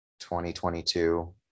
2022